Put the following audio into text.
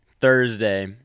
Thursday